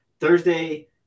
Thursday